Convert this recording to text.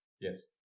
Yes